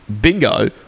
bingo